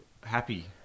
happy